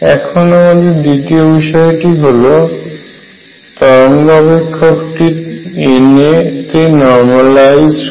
এখন আমাদের দ্বিতীয় বিষয়টি হল তরঙ্গ অপেক্ষকটি Na তে নর্মালাইজড হয়